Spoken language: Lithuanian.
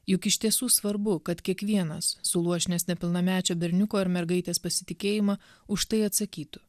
juk iš tiesų svarbu kad kiekvienas suluošinęs nepilnamečio berniuko ar mergaitės pasitikėjimą už tai atsakytų